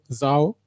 zao